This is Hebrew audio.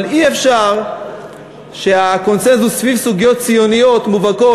אבל אי-אפשר שהקוסנזוס סביב סוגיות ציוניות מובהקות,